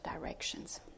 directions